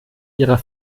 ihrer